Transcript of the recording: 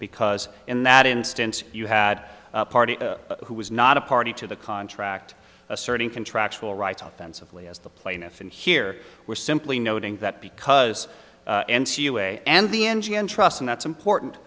because in that instance you had a party who was not a party to the contract asserting contractual rights offensively as the plaintiff and here were simply noting that because and the engine entrusted that's important